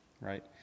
right